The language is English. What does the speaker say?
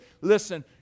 listen